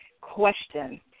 question